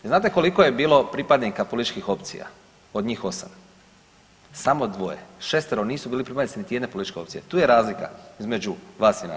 I znate koliko je bilo pripadnika političkih opcija, od njih 8? samo dvoje, šestero nisu bili pripadnici niti jedne političke opcije, tu je razlika između vas i nas.